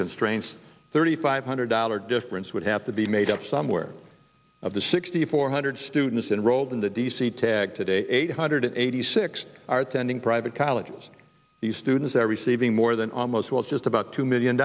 constraints thirty five hundred dollar difference would have to be made up somewhere of the sixty four hundred students enrolled in the d c tag today eight hundred eighty six are attending private colleges these students are receiving more than almost well just about two million